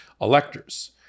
electors